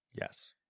Yes